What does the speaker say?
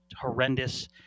horrendous